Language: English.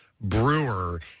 brewer